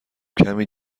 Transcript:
کمی